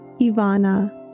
Ivana